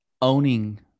owning